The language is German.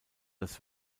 das